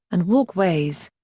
and walkways.